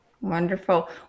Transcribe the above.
Wonderful